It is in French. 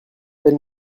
tel